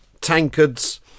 tankards